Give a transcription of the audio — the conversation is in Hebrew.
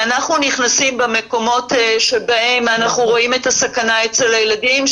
ואנחנו נכנסים במקומות שבהם אנחנו רואים את הסכנה אצל הילדים,